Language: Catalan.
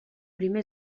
primer